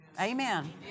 Amen